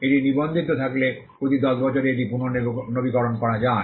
এটি নিবন্ধিত থাকলে প্রতি 10 বছরে এটি পুনর্নবীকরণ করা যায়